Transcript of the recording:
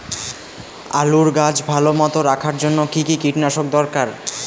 আলুর গাছ ভালো মতো রাখার জন্য কী কী কীটনাশক দরকার?